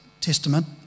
testament